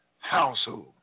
Household